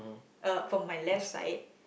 uh from my left side